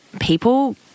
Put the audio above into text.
people